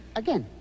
again